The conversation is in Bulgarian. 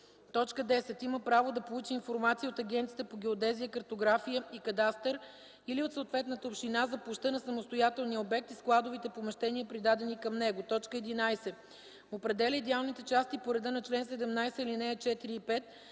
10. има право да получи информация от Агенцията по геодезия, картография и кадастър или от съответната община за площта на самостоятелния обект и складовите помещения, придадени към него; 11. определя идеалните части по реда на чл. 17, ал. 4 и 5